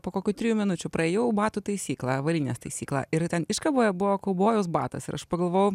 po kokių trijų minučių praėjau batų taisyklą avalynės taisyklą ir ten iškaboje buvo kaubojaus batas ir aš pagalvojau